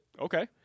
Okay